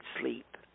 sleep